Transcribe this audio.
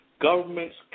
governments